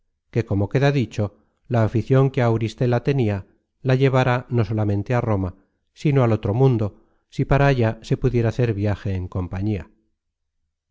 que como queda dicho la aficion que á auristela tenia la llevara no solamente á roma sino al otro mundo si para allá se pudiera hacer viaje en compañía